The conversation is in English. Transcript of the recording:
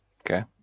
Okay